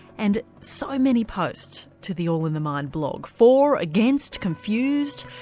and so many posts to the all in the mind blog for, against, confused,